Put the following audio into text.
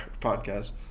podcast